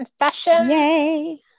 Confessions